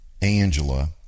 Angela